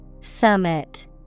Summit